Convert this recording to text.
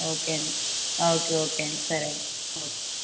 okay అండి okay okay అండి సరే అండి ఓకే